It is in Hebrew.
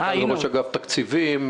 וראש אגף תקציבים,